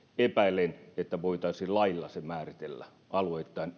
epäilen että voitaisiin lailla määritellä alueittain